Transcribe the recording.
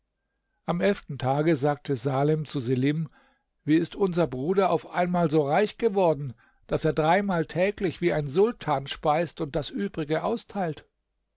am elften tage sagte salem zu selim wie ist unser bruder auf einmal so reich geworden daß er dreimal täglich wie ein sultan speist und das übrige austeilt